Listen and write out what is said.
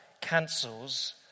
cancels